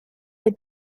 the